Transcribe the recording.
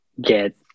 get